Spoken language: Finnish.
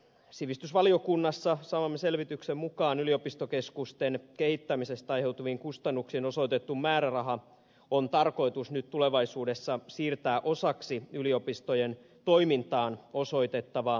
sivistysvaliokunnassa saamamme selvityksen mukaan yliopistokeskusten kehittämisestä aiheutuviin kustannuksiin osoitettu määräraha on tarkoitus nyt tulevaisuudessa siirtää osaksi yliopistojen toimintaan osoitettavaa valtion rahoitusta